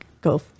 go